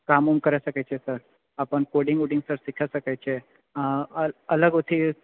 काममे करि सकै छिऐ सर अपन कोडिङ्ग वोडिङ्ग सर सिखो सकैत छिऐ आ अलग ओथि